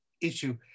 issue